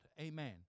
Amen